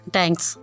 Thanks